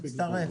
תצטרף.